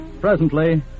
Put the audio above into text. Presently